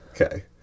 Okay